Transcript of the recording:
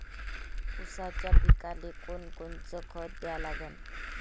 ऊसाच्या पिकाले कोनकोनचं खत द्या लागन?